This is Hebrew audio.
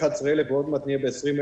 11,000 כרגע, ועוד מעט נהיה ב-20,000.